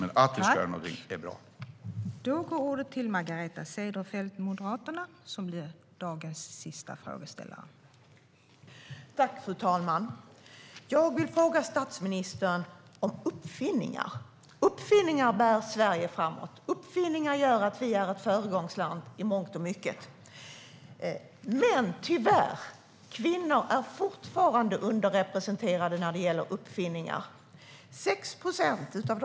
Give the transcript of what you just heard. Att vi ska göra någonting är dock bra.